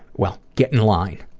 well, get in line!